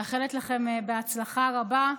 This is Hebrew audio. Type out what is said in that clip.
אני מאחלת לכם בהצלחה רבה.